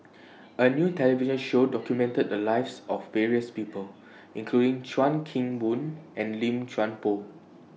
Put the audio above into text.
A New television Show documented The Lives of various People including Chuan Keng Boon and Lim Chuan Poh